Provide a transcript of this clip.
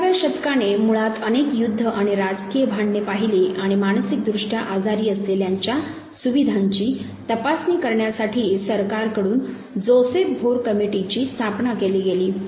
20 व्या शतकाने मुळात अनेक युद्ध आणि राजकीय भांडणे पाहिली आणि मानसिक दृष्ट्या आजारी असलेल्यांच्या सुविधांची तपासणी करण्यासाठी सरकारकडून जोसेफ भोर कमिटी'ची स्थापना केली गेली